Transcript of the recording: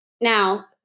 now